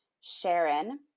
Sharon